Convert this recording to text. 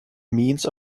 means